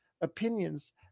opinions